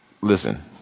listen